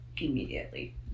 immediately